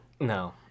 No